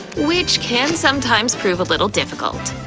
which can sometimes prove a little difficult.